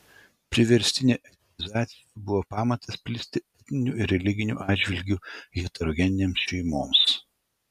priverstinė ateizacija buvo pamatas plisti etniniu ir religiniu atžvilgiu heterogeninėms šeimoms